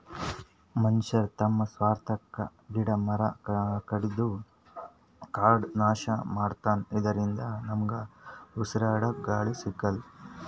ಮನಶ್ಯಾರ್ ತಮ್ಮ್ ಸ್ವಾರ್ಥಕ್ಕಾ ಗಿಡ ಮರ ಕಡದು ಕಾಡ್ ನಾಶ್ ಮಾಡ್ಲತನ್ ಇದರಿಂದ ನಮ್ಗ್ ಉಸ್ರಾಡಕ್ಕ್ ಗಾಳಿ ಸಿಗಲ್ಲ್